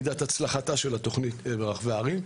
מידת הצלחתה של התוכנית ברחבי הערים.